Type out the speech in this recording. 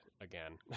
again